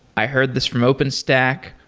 i heard this from openstack.